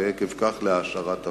ועקב כך להעשרת המשק.